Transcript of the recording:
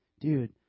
Dude